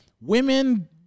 Women